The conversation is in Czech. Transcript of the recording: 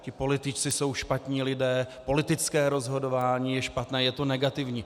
Ti politici jsou špatní lidé, politické rozhodování je špatné, je to negativní.